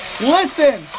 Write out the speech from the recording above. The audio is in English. Listen